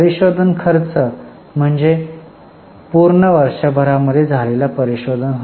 परीशोधन खर्च म्हणजे पूर्ण वर्षभरामध्ये झालेले परीशोधन होय